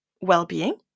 well-being